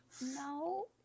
No